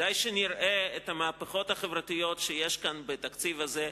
כדאי שנראה את המהפכות החברתיות שיש כאן בתקציב הזה,